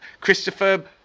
Christopher